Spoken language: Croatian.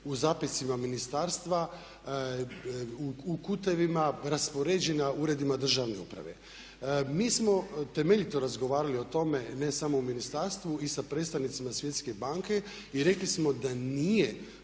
u zapisima ministarstva u kutovima raspoređena u uredima državne uprave. Mi smo temeljito razgovarali o tome, ne samo u ministarstvu, i sa predstavnicima Svjetske banke i rekli smo da nije